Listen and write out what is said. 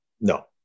no